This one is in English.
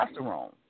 testosterone